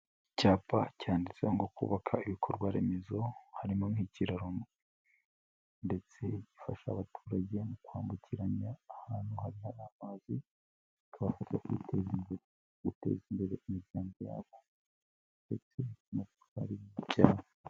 Icyapa cyanditse ngo kubaka ibikorwa remezo, harimo nk'ikiraro ndetse gifasha abaturage mu kwambukiranya ahantu hajya amazi, akabafasha kwiteza imbere, guteza imbere imiryango yabo ndetse n'ikibaya cyabo.